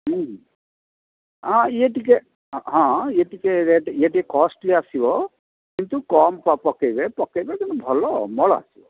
ହଁ ଇଏ ଟିକିଏ ହଁ ଇଏ ଟିକିଏ ରେଟ୍ ଇଏ ଟିକିଏ କଷ୍ଟ୍ଲି ଆସିବ କିନ୍ତୁ କମ୍ ପକାଇବେ ପକାଇବେ କିନ୍ତୁ ଭଲ ଅମଳ ଆସିବ